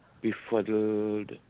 befuddled